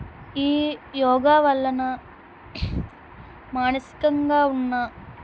ఈ యోగా వలన మానసికంగా ఉన్న